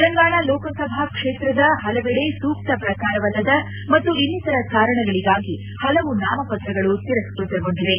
ತೆಲಂಗಾಣ ಲೋಕಸಭಾ ಕ್ಷೇತ್ರದ ಪಲವೆಡೆ ಸೂಕ್ತ ಪ್ರಕಾರವಲ್ಲದ ಮತ್ತು ಇನ್ನಿತರ ಕಾರಣಗಳಿಗಾಗಿ ಪಲವು ನಾಮಪತ್ರಗಳು ತಿರಸ್ಟತಗೊಂಡಿವೆ